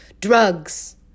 drugs